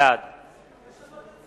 בעד